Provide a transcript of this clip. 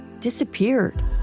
disappeared